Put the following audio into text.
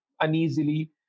uneasily